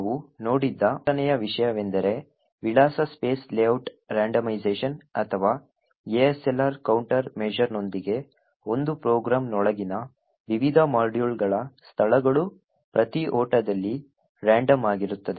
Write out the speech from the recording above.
ನಾವು ನೋಡಿದ್ದ ಮೂರನೆಯ ವಿಷಯವೆಂದರೆ ವಿಳಾಸ ಸ್ಪೇಸ್ ಲೇಔಟ್ ರಂಡೋಮಿಝಷನ್ ಅಥವಾ ASLR ಕೌಂಟರ್ ಮೆಸರ್ನೊಂದಿಗೆ ಒಂದು ಪ್ರೋಗ್ರಾಂನೊಳಗಿನ ವಿವಿಧ ಮಾಡ್ಯೂಲ್ಗಳ ಸ್ಥಳಗಳು ಪ್ರತಿ ಓಟದಲ್ಲಿ ರಾಂಡಮ್ ಆಗಿರುತ್ತದೆ